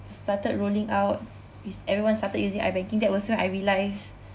started rolling out it's everyone started using iBanking that was when I realise